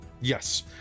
Yes